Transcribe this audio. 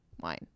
wine